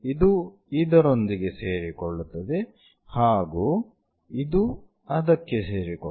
ಇದು ಇದರೊಂದಿಗೆ ಸೇರಿಕೊಳ್ಳುತ್ತದೆ ಹಾಗೂ ಇದು ಅದಕ್ಕೆ ಸೇರಿಕೊಳ್ಳುತ್ತದೆ